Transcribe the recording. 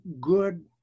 good